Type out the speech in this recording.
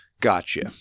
Gotcha